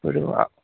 কৈ দিব অঁ